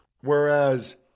Whereas